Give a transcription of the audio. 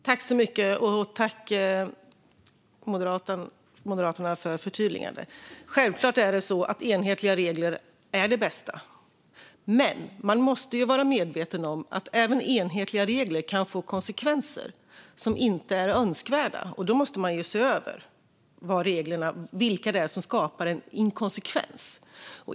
Fru talman! Jag tackar Moderaterna för förtydligandet. Enhetliga regler är självfallet bäst, men man måste vara medveten om att även enhetliga regler kan få konsekvenser som inte är önskvärda. Då måste man se över vilka som skapar inkonsekvens.